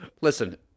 Listen